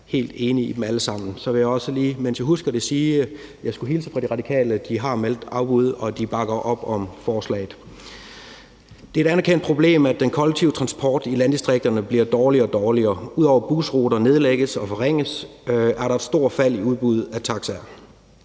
helt enig i dem alle sammen. Så vil jeg også lige, mens jeg husker det, sige, at jeg skulle hilse fra Radikale Venstre og sige, at de har meldt afbud, og at de bakker op om forslaget. Det er et anerkendt problem, at den kollektive transport i landdistrikterne bliver dårligere og dårligere. Ud over at busruter nedlægges og forringes, er der et stort fald i udbuddet af taxaer.